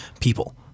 people